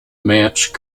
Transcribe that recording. match